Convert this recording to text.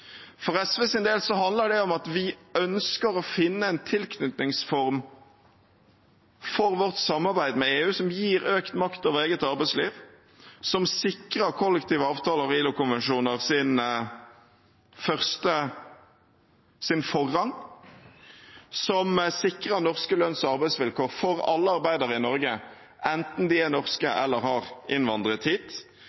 For SVs del handler det om at vi ønsker å finne en tilknytningsform for vårt samarbeid med EU som gir økt makt over eget arbeidsliv, som sikrer kollektive avtaler og ILO-konvensjoners forrang, som sikrer norske lønns- og arbeidsvilkår for alle arbeidere i Norge, enten de er norske